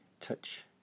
touch